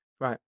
Right